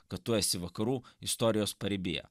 kad tu esi vakarų istorijos paribyje